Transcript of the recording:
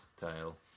tail